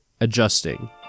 adjusting